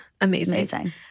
Amazing